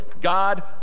God